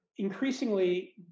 increasingly